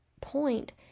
point